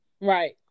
Right